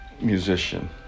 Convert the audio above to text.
musician